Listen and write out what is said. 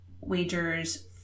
wagers